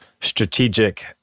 strategic